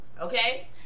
okay